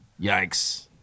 Yikes